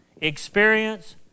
experience